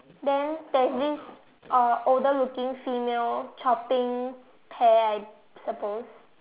then there is this uh older looking female chopping pear I suppose